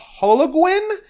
hologuin